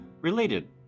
related